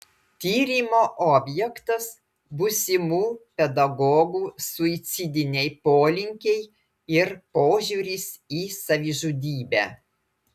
tyrimo objektas būsimų pedagogų suicidiniai polinkiai ir požiūris į savižudybę